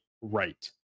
right